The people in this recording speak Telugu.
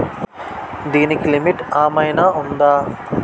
దీనికి లిమిట్ ఆమైనా ఉందా?